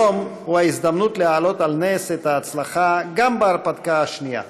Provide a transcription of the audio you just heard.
היום הוא ההזדמנות להעלות על נס את ההצלחה גם בהרפתקה השנייה.